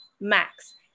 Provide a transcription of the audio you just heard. max